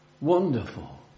Wonderful